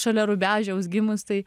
šalia rubežiaus gimus tai